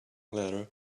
letter